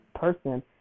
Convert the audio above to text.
person